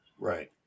Right